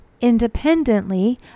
independently